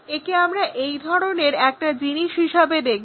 একে আমরা এই ধরনের একটা জিনিস হিসাবে দেখব